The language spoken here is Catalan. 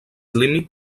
límit